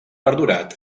perdurat